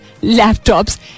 laptops